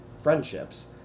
friendships